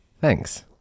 Thanks